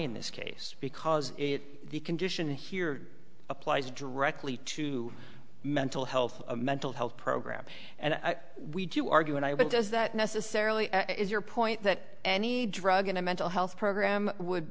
in this case because it the condition here applies directly to mental health mental health program and we do argue and i would does that necessarily is your point that any drug in a mental health program would